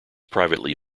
privately